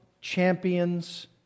champions